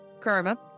karma